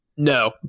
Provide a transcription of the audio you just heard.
No